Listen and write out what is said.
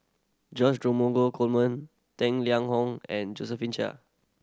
George Dromgold Coleman Tang Liang Hong and Josephine Chia